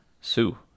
Sue